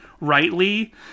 Rightly